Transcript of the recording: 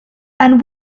and